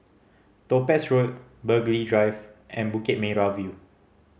Topaz Road Burghley Drive and Bukit Merah View